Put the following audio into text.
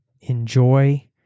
enjoy